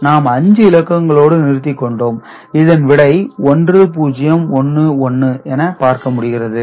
100112 நாம் 5 இலக்கங்களோடு நிறுத்திக்கொண்டோம் இதன் விடை 1 0 1 1 என பார்க்க முடிகிறது